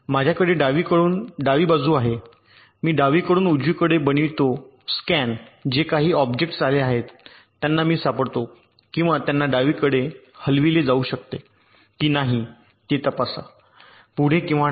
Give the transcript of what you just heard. माझ्याकडे डावीकडून डावी बाजू आहे मी डावीकडून उजवीकडे बनवितो स्कॅन जे काही ऑब्जेक्ट्स आले आहेत त्यांना मी सापडतो किंवा त्यांना डावीकडे हलविले जाऊ शकते की नाही ते तपासा पुढे किंवा नाही